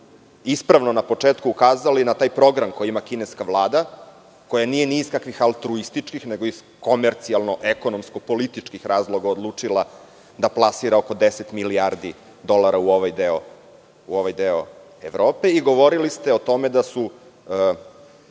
ispravno na početku ukazali, na taj program koji ima kineska Vlada, koja nije ni iz kakvih altruističkih nego iz komercijalno-ekonomsko-političkih razloga odlučila da plasira oko 10 milijardi dolara u ovaj deo Evrope i govorili ste o tome da su